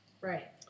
Right